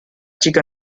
chica